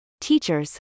teachers